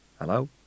Hello